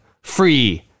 free